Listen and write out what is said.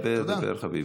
דבר, דבר, חביבי.